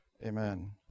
Amen